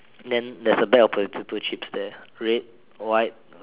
then there's a bag of potato chips there red white